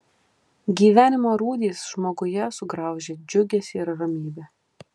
gyvenimo rūdys žmoguje sugraužia džiugesį ir ramybę